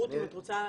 רות, אם את רוצה.